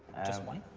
just one?